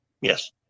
Yes